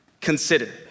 consider